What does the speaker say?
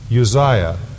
Uzziah